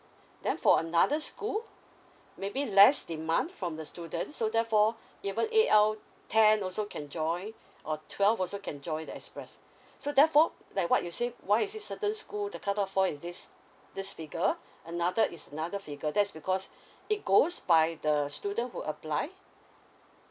then for another school maybe less demand from the student so therefore even A_L ten also can joy or twelve also can joy the express so therefore like what you say why is it certain school the cut off for is this this figure another is another figure that's because it goes by the student who apply